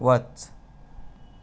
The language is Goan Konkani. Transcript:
वच